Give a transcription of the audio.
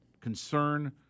concern